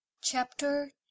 Chapter